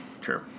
True